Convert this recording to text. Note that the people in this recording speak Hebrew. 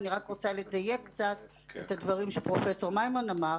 אני רוצה לדייק קצת את הדברים שפרופ' מימון אמר,